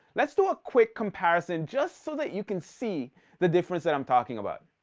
let's do a quick comparison, just so that you can see the difference that i'm talking about.